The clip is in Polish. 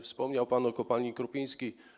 Wspomniał pan o kopalni Krupiński.